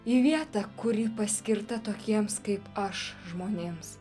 į vietą kuri paskirta tokiems kaip aš žmonėms